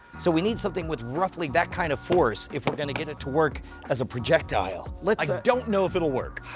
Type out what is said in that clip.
so we need something with roughly that kind of force if we're going to get it to work as a projectile. like like i don't know if it'll work.